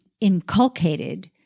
inculcated